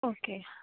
okay